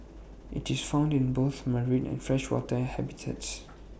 IT is found in both marine and freshwater habitats